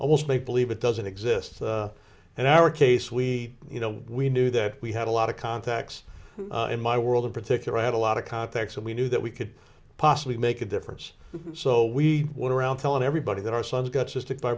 almost make believe it doesn't exist in our case we you know we knew that we had a lot of contacts in my world in particular had a lot of contacts and we knew that we could possibly make a difference so we went around telling everybody that our son got cystic